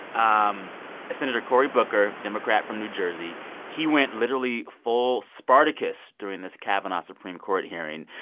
um senator cory booker, democrat from new jersey he went literally full spartacus during this kavanaugh supreme court hearing.